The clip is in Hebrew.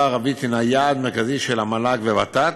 הערבית היא יעד מרכזי של המל"ג והוות"ת,